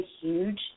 huge